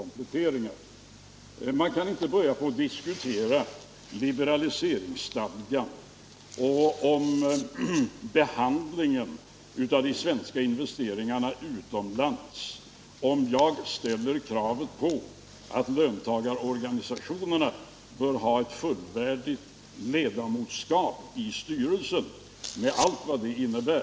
Man kan inte börja diskutera liberaliseringsstadgan och behandlingen av de svenska investeringarna utomlands, när jag ställer krav på att löntagarorganisationerna bör ha ett fullvärdigt ledamotskap i styrelsen med allt vad det innebär.